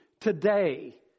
today